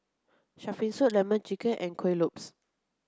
shark fin soup lemon chicken and Kuih Lopes